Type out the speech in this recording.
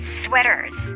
sweaters